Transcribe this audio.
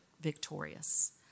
victorious